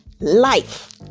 life